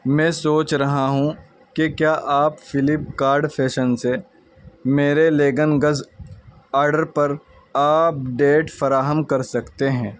میں سوچ رہا ہوں کہ کیا آپ فلپ کارٹ فیشن سے میرے لیگنگز آرڈر پر آپ ڈیٹ فراہم کر سکتے ہیں